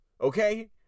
Okay